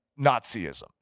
Nazism